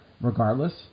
regardless